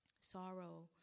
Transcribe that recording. Sorrow